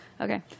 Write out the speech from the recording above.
Okay